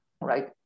right